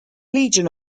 legion